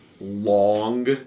long